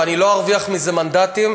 ואני לא ארוויח מזה מנדטים,